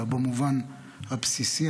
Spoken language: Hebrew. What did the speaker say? אלא במובן הבסיסי.